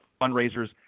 fundraisers